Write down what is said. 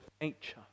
nature